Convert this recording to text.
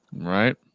Right